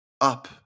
up